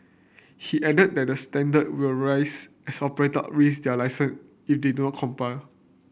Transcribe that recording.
he added that standard will rise as operator risk their if they do not comply